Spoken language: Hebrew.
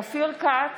(קוראת בשמות חברי הכנסת) אופיר כץ,